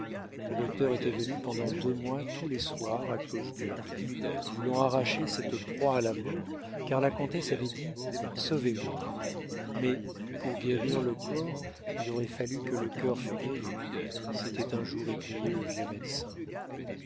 le docteur était venu pendant deux mois tous les soirs à clochegourde voulant arracher cette proie à la mort car la comtesse avait dit sauvez-moi mais pour guérir le corps il aurait fallu que le cœur fût guéri s'était un jour écrié le vieux médecin